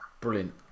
brilliant